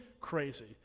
crazy